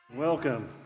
Welcome